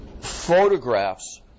photographs